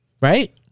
Right